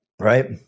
Right